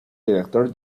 director